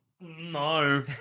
No